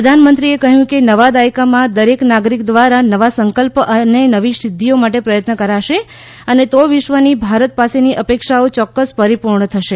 પ્રધાનમંત્રીએ કહ્યું કે નવા દાયકામાં દરેક નાગરિક દ્વારા નવા સંકલ્પ અને નવી સિદ્ધિઓ માટે પ્રયત્ન કરાશે અને તો વિશ્વની ભારત પાસેની અપેક્ષાઓ ચોક્કસ પરિપૂર્ણ થશે